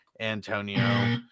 Antonio